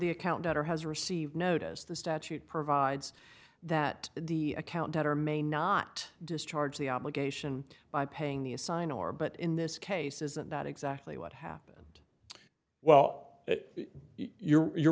the account or has received notice the statute provides that the account or may not discharge the obligation by paying the assign or but in this case isn't that exactly what happened well you're